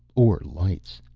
or lights.